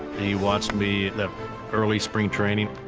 he watched me that early spring training,